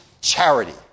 charity